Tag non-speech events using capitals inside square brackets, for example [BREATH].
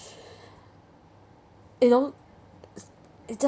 [BREATH] you know it just